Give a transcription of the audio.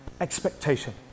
Expectation